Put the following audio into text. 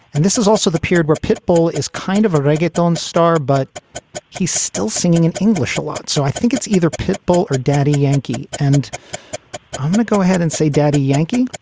and this is also the period where pitbull is kind of a reggaeton star, but he's still singing in english a lot. so i think it's either pitbull or daddy yankee. and i'm going to go ahead and say, daddy, yankee